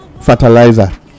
fertilizer